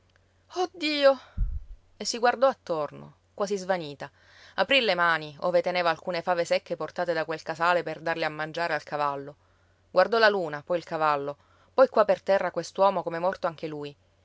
oh dio e si guardò attorno quasi svanita aprì le mani ove teneva alcune fave secche portate da quel casale per darle a mangiare al cavallo guardò la luna poi il cavallo poi qua per terra quest'uomo come morto anche lui